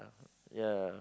yeah